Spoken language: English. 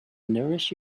nourish